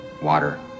water